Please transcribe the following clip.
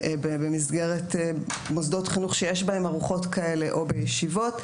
במסגרת מוסדות חינוך שיש בהם ארוחות כאלה או בישיבות.